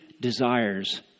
desires